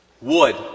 Wood